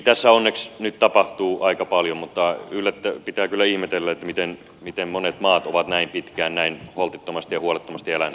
tässä onneksi nyt tapahtuu aika paljon mutta pitää kyllä ihmetellä miten monet maat ovat näin pitkään näin holtittomasti ja huolettomasti eläneet